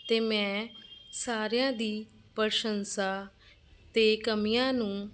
ਅਤੇ ਮੈਂ ਸਾਰਿਆਂ ਦੀ ਪ੍ਰਸ਼ੰਸਾ ਅਤੇ ਕਮੀਆਂ ਨੂੰ